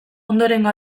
ondorengo